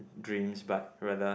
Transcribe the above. dreams but rather